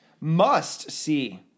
must-see